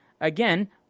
Again